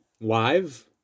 live